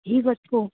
इहो वठो